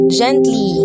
gently